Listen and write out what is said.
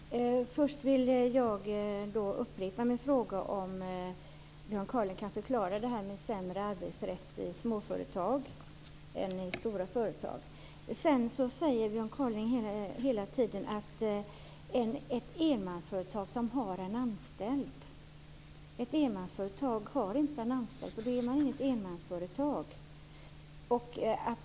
Fru talman! Först vill jag upprepa min fråga: Kan Björn Kaaling förklara det här med sämre arbetsrätt i små företag än i stora företag? Björn Kaaling pratar hela tiden om "ett enmansföretag som har en anställd". Ett enmansföretag har ingen anställd, för då är det inget enmansföretag!